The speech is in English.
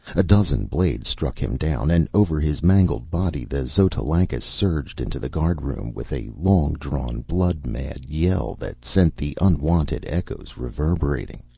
a dozen blades struck him down, and over his mangled body the xotalancas surged into the guardroom, with a long-drawn, blood-mad yell that sent the unwonted echoes reverberating.